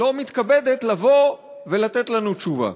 לא מתכבדת לבוא ולתת לנו תשובה.